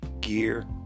gear